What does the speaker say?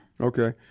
Okay